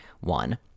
one